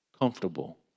comfortable